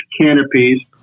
canopies